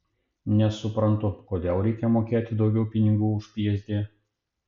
nesuprantu kodėl reikia mokėti daugiau pinigų už psd